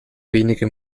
wenige